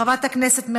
חבר הכנסת אחמד טיבי,